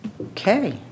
Okay